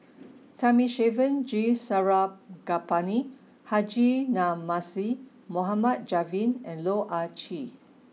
Thamizhavel G Sarangapani Haji Namazie Mohd Javad and Loh Ah Chee